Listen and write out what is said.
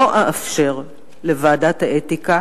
לא אאפשר לוועדת האתיקה